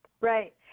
Right